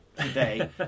today